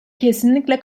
kesinlikle